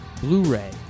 Blu-ray